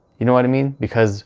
you know what i mean? because